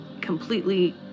completely